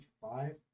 five